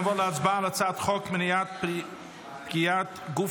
נעבור להצבעה על הצעת חוק מניעת פגיעת גוף